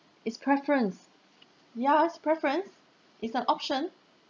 it's preference yeah it's preference it's an option